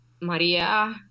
Maria